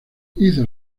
hizo